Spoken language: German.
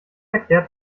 erklärt